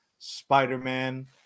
Spider-Man